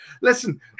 Listen